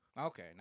Okay